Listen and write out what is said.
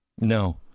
No